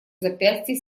запястье